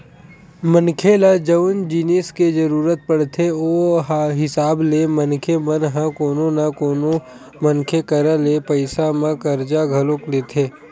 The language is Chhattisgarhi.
मनखे ल जउन जिनिस के जरुरत पड़थे ओ हिसाब ले मनखे मन ह कोनो न कोनो मनखे करा ले पइसा म करजा घलो लेथे